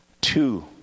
Two